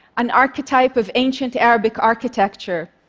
an archetype of ancient arabic architecture,